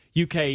UK